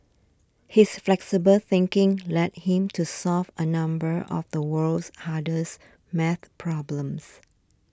his flexible thinking led him to solve a number of the world's hardest math problems